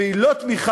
והיא לא תמיכה,